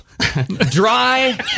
Dry